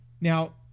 Now